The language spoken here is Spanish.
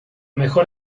mejor